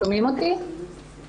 שומעים אותי עכשיו?